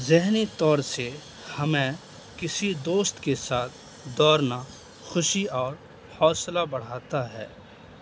ذہنی طور سے ہمیں کسی دوست کے ساتھ دوڑنا خوشی اور حوصلہ بڑھاتا ہے